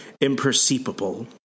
imperceptible